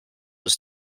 was